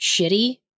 shitty